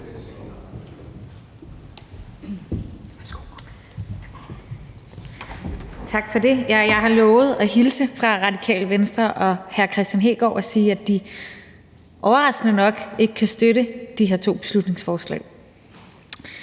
Tak for det. Jeg har lovet at hilse fra Radikale Venstre og hr. Kristian Hegaard og sige, at de overraskende nok ikke kan støtte de her to beslutningsforslag.